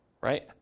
Right